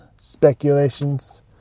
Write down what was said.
speculations